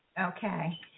Okay